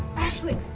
ashley!